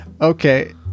Okay